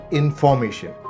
information